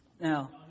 Now